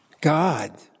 God